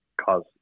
cause